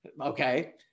okay